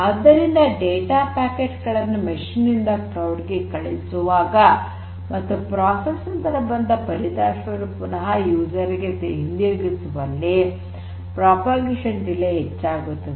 ಆದ್ದರಿಂದ data packet ಗಳನ್ನು ಯಂತ್ರದಿಂದ ಕ್ಲೌಡ್ ಗೆ ಕಳುಹಿಸುವಾಗ ಮತ್ತು ಪ್ರೋಸೆಸ್ ನಂತರ ಬಂದ ಫಲಿತಾಂಶವನ್ನು ಪುನಃ ಯೂಸರ್ ಗೆ ಹಿಂತಿರುಗಿಸುವಲ್ಲಿ ಪ್ರಾಪಗೇಷನ್ ಡಿಲೇ ಹೆಚ್ಚಾಗುತ್ತದೆ